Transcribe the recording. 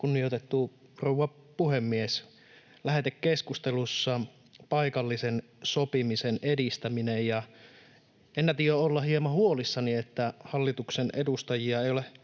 Kunnioitettu rouva puhemies! Lähetekeskustelussa on paikallisen sopimisen edistäminen, ja ennätin jo olla hieman huolissani, että hallituspuolueiden edustajia ei ole